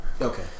Okay